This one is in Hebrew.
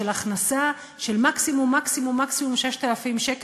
של הכנסה של מקסימום מקסימום מקסימום 6,000 שקל,